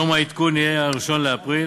יום העדכון יהיה 1 באפריל,